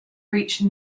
reached